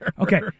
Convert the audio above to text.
Okay